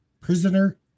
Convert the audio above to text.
prisoner